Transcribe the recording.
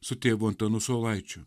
su tėvu antanu saulaičiu